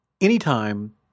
anytime